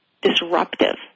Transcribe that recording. disruptive